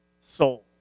soul